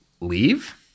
leave